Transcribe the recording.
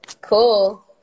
cool